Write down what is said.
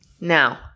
now